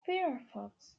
firefox